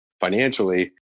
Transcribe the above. financially